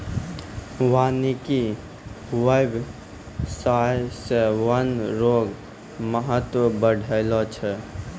वानिकी व्याबसाय से वन रो महत्व बढ़लो छै